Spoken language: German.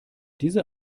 diese